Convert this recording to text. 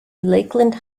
lakeland